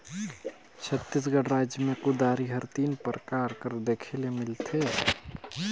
छत्तीसगढ़ राएज मे कुदारी हर तीन परकार कर देखे ले मिलथे